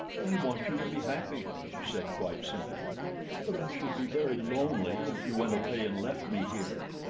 i want you to be happy, she said quite simply but i should be very lonely if you went away and left me here.